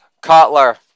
Cutler